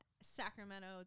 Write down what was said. Sacramento